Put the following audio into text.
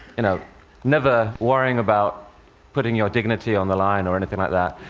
you know never worrying about putting your dignity on the line or anything like that.